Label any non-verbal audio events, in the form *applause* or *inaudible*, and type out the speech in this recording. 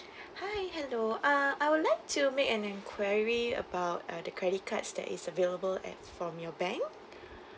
*breath* hi hello uh I would like to make an enquiry about uh the credit cards that is available at from your bank *breath*